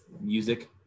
music